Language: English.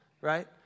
right